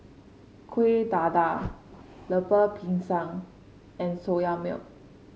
Kueh Dadar Lemper Pisang and Soya Milk